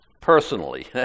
personally